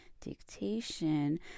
dictation